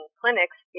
clinics